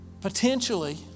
potentially